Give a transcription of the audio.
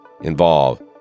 involve